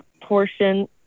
portion